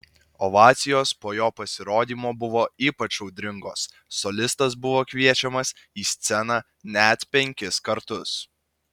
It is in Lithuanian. ovacijos po jo pasirodymo buvo ypač audringos solistas buvo kviečiamas į sceną net penkis kartus